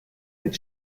mit